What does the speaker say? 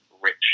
rich